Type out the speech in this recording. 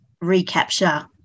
recapture